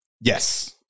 Yes